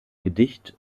gedicht